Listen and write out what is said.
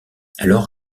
alors